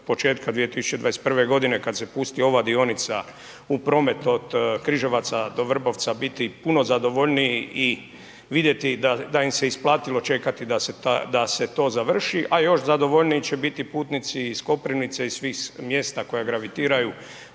početka 2021.g. kad se pusti ova dionica u promet od Križevaca do Vrbovca biti puno zadovoljniji i vidjeti da im se isplatilo čekati da se to završi, a još zadovoljniji će biti putnici iz Koprivnice i iz svih mjesta koja gravitiraju